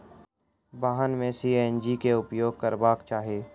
वाहन में सी.एन.जी के उपयोग करबाक चाही